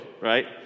right